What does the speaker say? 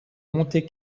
monte